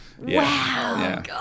Wow